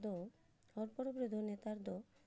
ᱫᱚ ᱦᱚᱲ ᱯᱚᱨᱚᱵᱽ ᱨᱮᱫᱚ ᱱᱮᱛᱟᱨ ᱫᱚ